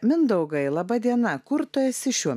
mindaugai laba diena kur tu esi šiuo